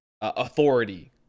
authority